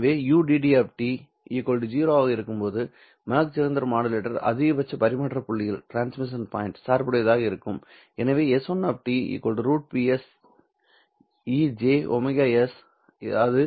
எனவே ud 0 ஆக இருக்கும்போது மாக் ஜீஹெண்டர் மாடுலேட்டர் அதிகபட்ச பரிமாற்ற புள்ளியில் சார்புடையதாக இருக்கும் மேலும் s1 √Psej ωs அது